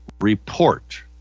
report